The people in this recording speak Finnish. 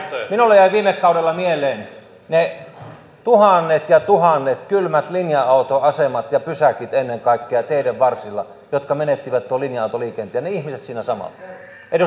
minulle jäivät viime kaudella mieleen ne tuhannet ja tuhannet kylmät linja autoasemat ja pysäkit ennen kaikkea teiden varsilla jotka menettivät tuon linja autoliikenteen ja ne ihmiset siinä samalla